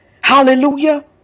Hallelujah